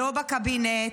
לא בקבינט,